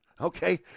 Okay